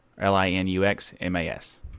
L-I-N-U-X-M-A-S